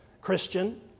Christian